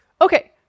Okay